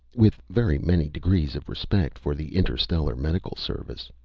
with very many degrees of respect for the interstellar medical service.